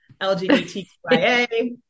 LGBTQIA